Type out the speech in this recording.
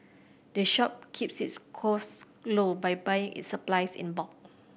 the shop keeps its cost low by buying its supplies in bulk